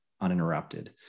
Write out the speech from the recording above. uninterrupted